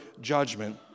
judgment